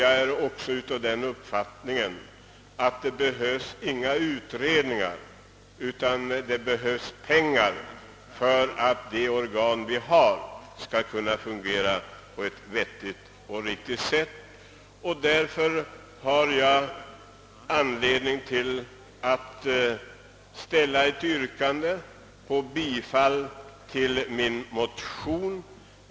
Jag är också av den uppfattningen, att det inte behövs några utredningar, utan det behövs pengar för att de organ som vi har skall kunna fungera på ett riktigt och vettigt sätt. Därför har jag anledning att ställa ett yrkande om bifall till min motion.